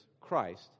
Christ